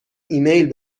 ایمیل